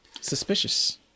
suspicious